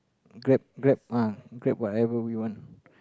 grab grab ah grab whatever we want